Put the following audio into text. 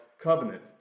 covenant